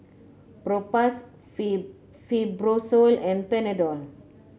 Propass Fibrosol and Panadol